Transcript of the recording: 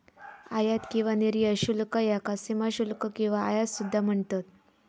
आयात किंवा निर्यात शुल्क याका सीमाशुल्क किंवा आयात सुद्धा म्हणतत